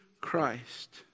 Christ